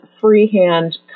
freehand